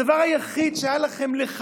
הדבר היחיד שהיה לכם אליו,